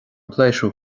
pléisiúir